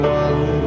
one